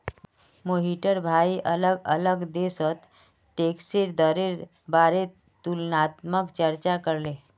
मोहिटर भाई अलग अलग देशोत टैक्सेर दरेर बारेत तुलनात्मक चर्चा करले